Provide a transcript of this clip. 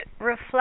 reflect